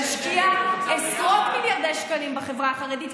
נשקיע עשרות מיליארדי שקלים בחברה החרדית,